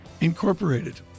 Incorporated